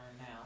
now